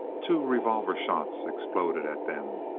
two revolver shots exploded at them.